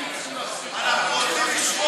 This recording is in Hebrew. אנחנו רוצים לשמוע את הבושה.